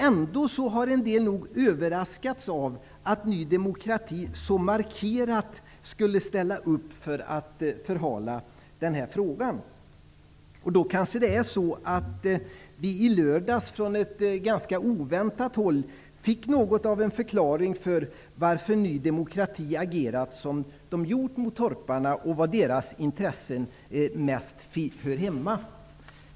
Ändå har säkerligen en del överraskats av att Ny demokrati så markerat ställer upp på att förhala denna fråga. Från ett ganska oväntat håll fick vi i lördags ett slags förklaring på varför Ny demokrati agerat som det gjort mot torparna och var Ny demokratis intressen mest hör hemma.